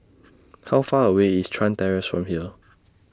How Far away IS Chuan Terrace from here